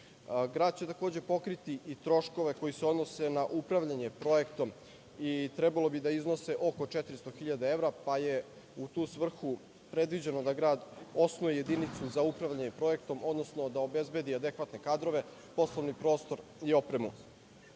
Grad će takođe pokriti i troškove koji se odnose na upravljanje projektom i trebalo bi da iznose oko 400 hiljada evra, pa je u tu svrhu predviđeno da grad osnuje jedinicu za upravljanje projektom, odnosno da obezbedi adekvatne kadrove, poslovni prostor i opremu. Lokalna